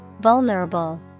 Vulnerable